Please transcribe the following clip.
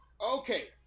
okay